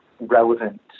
relevant